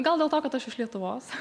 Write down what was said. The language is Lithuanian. gal dėl to kad aš iš lietuvos